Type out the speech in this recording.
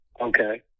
okay